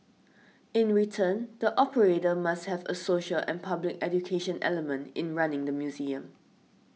in return the operator must have a social and public education element in running the museum